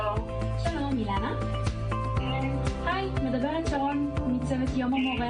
תודה רבה, גבירתי היושבת-ראש, אנחנו חוקרים בממ"מ.